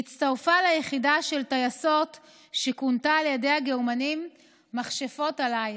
היא הצטרפה ליחידה של טייסות שכונתה על ידי הגרמנים "מכשפות הלילה".